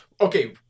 Okay